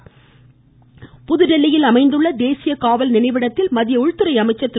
இதையொட்டி புதுதில்லியில் அமைந்துள்ள தேசிய காவல் நினைவிடத்தில் மத்திய உள்துறை அமைச்சர் திரு